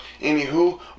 Anywho